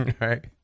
Right